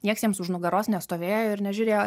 nieks jiems už nugaros nestovėjo ir nežiūrėjo